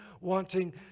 wanting